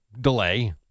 delay